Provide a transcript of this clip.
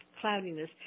cloudiness